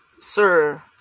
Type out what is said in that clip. Sir